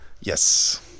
Yes